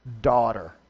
daughter